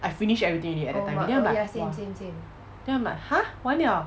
I finish everything already at that timing then I'm like !wah! then I'm like !huh! 完 liao